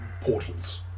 portals